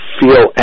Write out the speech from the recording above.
feel